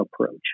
approach